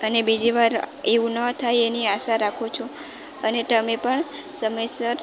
અને બીજી વાર એવું ન થાય એની આશા રાખું છું અને તમે પણ સમયસર